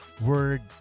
Word